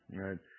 right